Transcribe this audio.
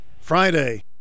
Friday